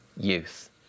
youth